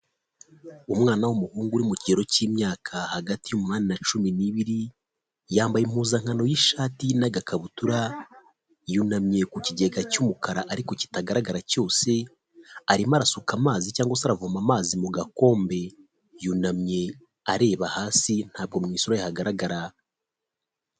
Umwana w'umuhungu uri mu kigero cy'imyaka hagati y'umunani na cumi n'ibiri yambaye impuzankano y'ishati n'agakabutura yunamye ku kigega cy'umukara ariko kitagaragara cyose arimo arasuka amazi cyangwa se aravoma amazi mu gakombe yunamye areba hasi ntabwo mu isura hagaragara.